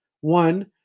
One